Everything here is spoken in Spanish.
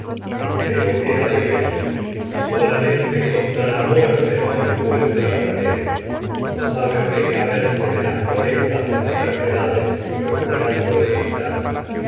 ante lo ha de vetragedias de sótfocltisi nir solamente contra la muerte no encuentra remedio pero sabe precaverse de las molestas enfermedades procurando evitarlas